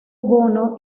bono